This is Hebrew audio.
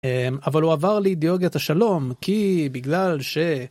אבל הוא עבר לאידיאולוגית השלום כי בגלל ש.